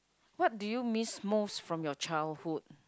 what do you miss most from your childhood